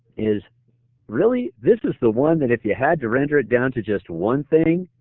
is really, this is the one that if you had to render it down to just one thing,